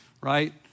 right